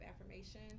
affirmation